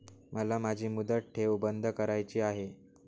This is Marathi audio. मला माझी मुदत ठेव बंद करायची आहे